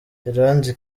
iranzi